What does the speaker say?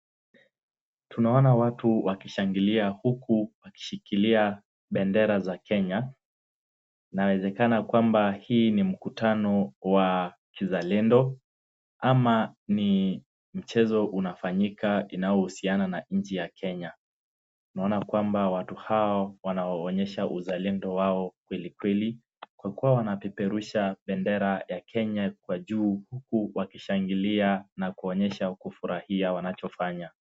Tunaona watu wakishangilia huku wakishikilia bendera za Kenya, inawezakana kwamba hii ni mkutano wa kizalendo ama ni mchezo unafanyika inayo husiana na inchi ya Kenya. Tunaona kwamba watu hao wanaonyesha uzalendo wao kweli kweli kwa kuwa wanapeperusha bendera ya Kenya kwa juu huku wakishangilia na kuonyesha kufurahia wanachofanya.